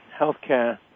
healthcare